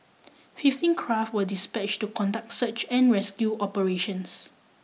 fifteen craft were dispatched to conduct search and rescue operations